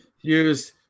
use